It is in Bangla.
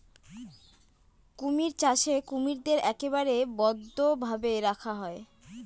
কুমির চাষে কুমিরদের একেবারে বদ্ধ ভাবে রাখা হয়